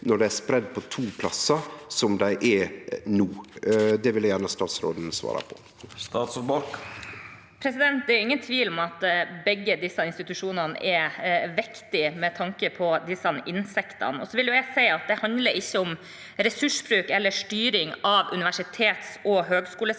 når dei er spreidde på to plassar, som dei er no? Det vil eg gjerne at statsråden svarer på. Statsråd Sandra Borch Det er ingen tvil om at begge disse institusjonene er viktige med tanke på disse insektene. Så vil jeg si at det ikke handler om ressursbruk eller styring av universitets- og høyskolesektoren,